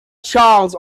charles